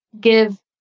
give